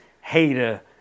hater